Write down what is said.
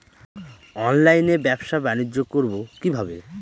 অনলাইনে ব্যবসা বানিজ্য করব কিভাবে?